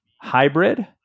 hybrid